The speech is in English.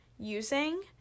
using